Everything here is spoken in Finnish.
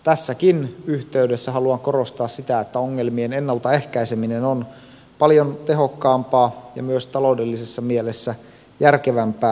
tässäkin yhteydessä haluan korostaa sitä että ongelmien ennaltaehkäiseminen on paljon tehokkaampaa ja myös taloudellisessa mielessä järkevämpää